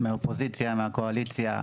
מהאופוזיציה ומהקואליציה,